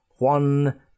One